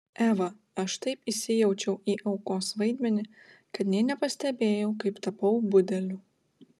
eva aš taip įsijaučiau į aukos vaidmenį kad nė nepastebėjau kaip tapau budeliu